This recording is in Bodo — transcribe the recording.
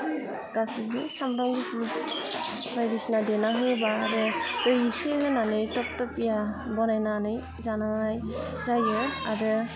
गासिबो सामब्राम गुफुर बायदिसिना देना होबा आरो दै एसे होनानै थप थफिया बनायनानै जानाय जायो आरो